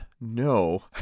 no